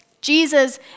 Jesus